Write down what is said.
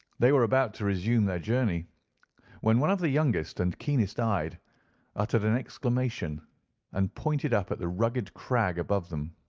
they were about to resume their journey when one of the youngest and keenest-eyed uttered an exclamation and pointed up at the rugged crag above them.